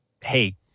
hey